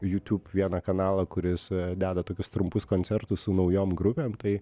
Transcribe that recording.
youtube vieną kanalą kuris deda tokius trumpus koncertus su naujom grupėm tai